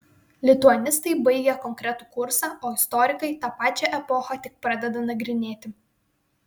lituanistai baigia konkretų kursą o istorikai tą pačią epochą tik pradeda nagrinėti